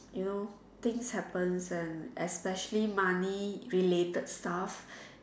you know things happen then especially money related staff